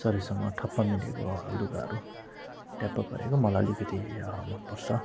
शरीरसँग ठप्प मिलेको हलुको लुगाहरू ट्याप्प परेको मलाई अलिकति मनपर्छ